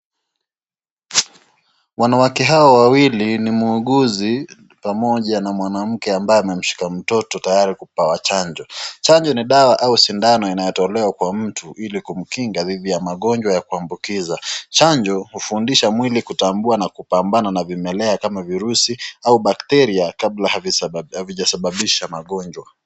Wanawake hawa wawili ni muuguzi pamoja na mwanamke ambaye amemshika mtoto tayari chanjo, chanjo ni dawa au sindano inayotolewa kwa mtu ili kumkinga dhidi ya magonjwa yameambukizwa. Chanjo hufundisha mwili kutambua na kupamban na vimelea kama viruzi au bakteria kabla havijasababisha magonjwa.